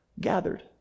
gathered